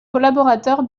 collaborateurs